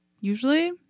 usually